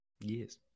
Yes